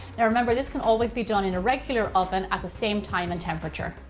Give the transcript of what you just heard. now remember this can always be done in a regular oven at the same time and temperature.